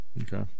Okay